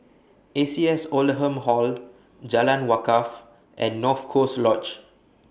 A C S Oldham Hall Jalan Wakaff and North Coast Lodge